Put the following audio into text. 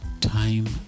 time